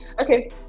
okay